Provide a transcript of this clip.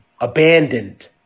abandoned